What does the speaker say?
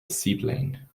seaplane